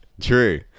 True